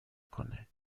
کنه